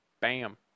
bam